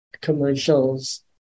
commercials